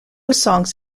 songs